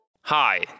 Hi